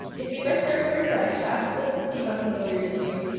if you missed our first live chat, this will be unfamiliar to you,